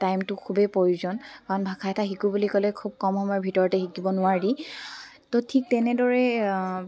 টাইমটো খুবেই প্ৰয়োজন কাৰণ ভাষা এটা শিকোঁ বুলি ক'লে খুব কম সময়ৰ ভিতৰতে শিকিব নোৱাৰি তো ঠিক তেনেদৰে